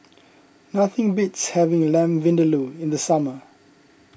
nothing beats having Lamb Vindaloo in the summer